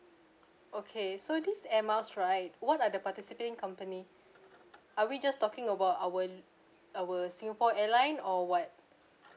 okay so this air miles right what are the participating company are we just talking about our our singapore airline or what